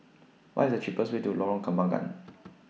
What IS The cheapest Way to Lorong Kembangan